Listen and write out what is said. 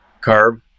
carb